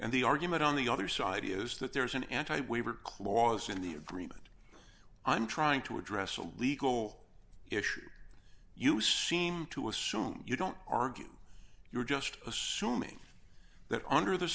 and the argument on the other side is that there is an anti waiver clause in the agreement i'm trying to address a legal issue you seem to assume you don't argue you're just assuming that under the